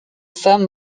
femmes